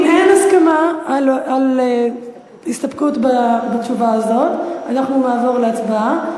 אם אין הסכמה על הסתפקות בתשובה הזאת אנחנו נעבור להצבעה.